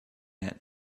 had